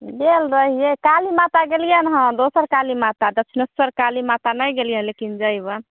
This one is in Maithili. गेल रहियै काली माता गेलियै हन दोसर काली माता तऽ तेसर काली माता दक्षिणेश्वर काली माता नहि गेलिअय लेकिन जयबै